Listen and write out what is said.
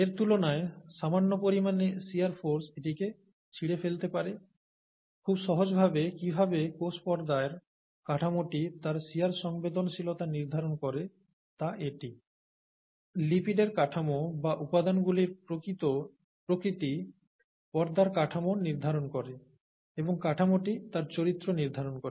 এর তুলনায় সামান্য পরিমাণে শিয়ার ফোর্স এটিকে ছিঁড়ে ফেলতে পারে খুব সহজভাবে কীভাবে কোষ পর্দার কাঠামোটি তার শিয়ার সংবেদনশীলতা নির্ধারণ করে তা এটি লিপিডের কাঠামো বা উপাদানগুলির প্রকৃতি পর্দার কাঠামো নির্ধারণ করে এবং কাঠামোটি তার চরিত্র নির্ধারণ করে